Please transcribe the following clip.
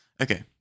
Okay